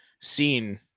seen